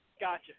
Gotcha